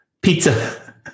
Pizza